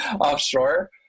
offshore